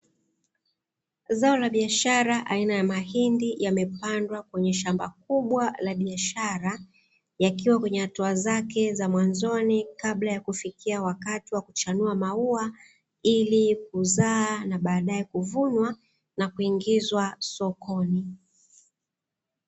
Zao la biashara aina ya mahindi yamepandwa kwenye shamba kubwa la biashara, yakiwa kwenye hatua zake za mwanzoni, kabla ya kufikia wakati wa kuchanua maua, ili kuzaa na badaye kuvunwa na kuingizwa sokoni.